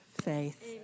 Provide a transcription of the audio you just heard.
faith